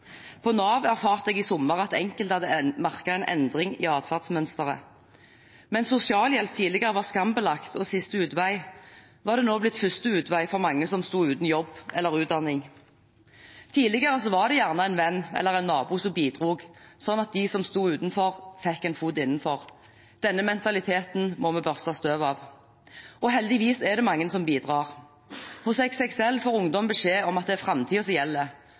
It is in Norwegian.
På Nav erfarte jeg i sommer at enkelte hadde merket en endring i atferdsmønsteret. Mens sosialhjelp tidligere var skambelagt og siste utvei, var det nå blitt første utvei for mange som sto uten jobb eller utdanning. Tidligere var det gjerne en venn, eller en nabo, som bidro, slik at de som sto utenfor, fikk en fot innenfor. Denne mentaliteten må vi børste støv av. Heldigvis er det mange som bidrar. Hos XXL får ungdom beskjed om at det er framtiden som gjelder: